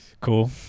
Cool